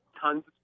Tons